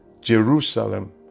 Jerusalem